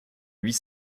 huit